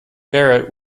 barrett